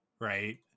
Right